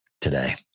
today